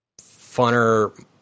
funner